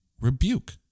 rebuke